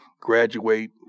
graduate